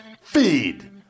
Feed